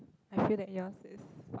I feel that yours is smart